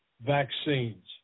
Vaccines